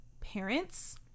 parents